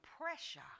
pressure